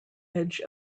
edge